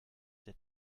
der